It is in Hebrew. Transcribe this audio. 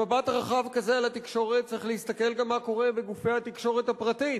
מבט רחב כזה על התקשורת צריך להסתכל גם מה קורה בגופי התקשורת הפרטית,